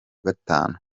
gatanu